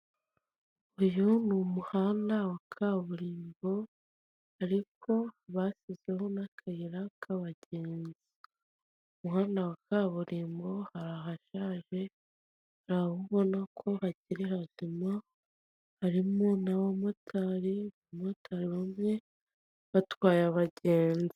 Uyu ni umuhanda wa kaburimbo, ariko bashyizeho n'akayira k'abagenzi. Umuhanda wa kaburimbo hari ahashaje, haraho ubona ko hakiri hazima, harmo n'abamotari, abamotari bamwe batwaye abagenzi.